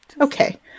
okay